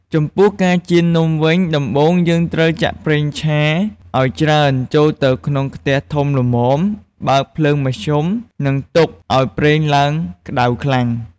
ចំពោះ ការចៀននំវិញ ដំបូងយើងត្រូវចាក់ប្រេងឆាឱ្យច្រើនចូលទៅក្នងខ្ទះធំល្មម បើកភ្លើងមធ្យម និងទុកឱ្យប្រេងឡើងក្តៅខ្លាំង។